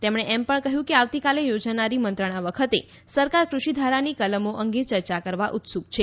તેમણે એમ પણ કહ્યું કે આવતીકાલે યોજાનારી મંત્રણા વખતે સરકાર કૃષિધારાની કલમો અંગે ચર્ચા કરવા ઉત્સુક છે